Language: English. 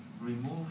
remove